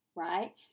right